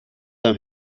them